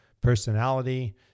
personality